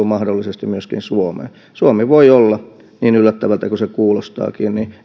mahdollisesti myöskin suomeen suomi voi olla niin yllättävältä kuin se kuulostaakin